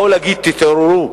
באו להגיד: תתעוררו.